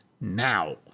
now